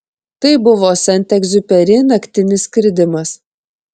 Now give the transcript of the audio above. tai buvo sent egziuperi naktinis skridimas